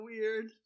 weird